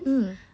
mm